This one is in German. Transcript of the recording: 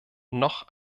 noch